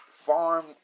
Farm